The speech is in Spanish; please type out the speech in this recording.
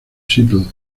seattle